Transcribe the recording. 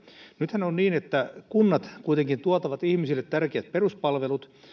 nythän on niin että kunnat kuitenkin tuottavat ihmisille tärkeät peruspalvelut